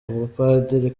ubupadiri